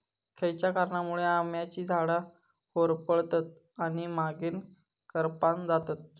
खयच्या कारणांमुळे आम्याची झाडा होरपळतत आणि मगेन करपान जातत?